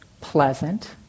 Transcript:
pleasant